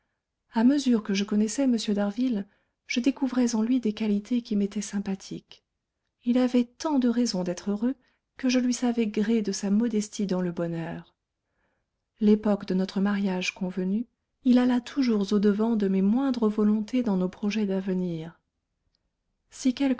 à mesure que je connaissais m d'harville je découvrais en lui des qualités qui m'étaient sympathiques il avait tant de raisons d'être heureux que je lui savais gré de sa modestie dans le bonheur l'époque de notre mariage convenue il alla toujours au-devant de mes moindres volontés dans nos projets d'avenir si